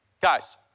guys